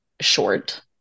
short